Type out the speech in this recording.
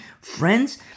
Friends